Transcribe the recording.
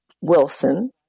Wilson